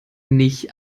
nicht